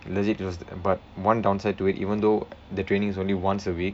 legit it was but one downside to it even though the training is only once a week